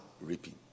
reaping